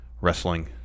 wrestling